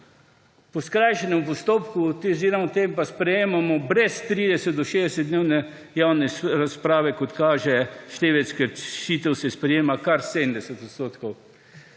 Po skrajšanem postopku / nerazumljivo/ pa sprejemamo brez 30 do 60 dnevne javne razprave, kot kaže števec kršitev, se sprejema kar 70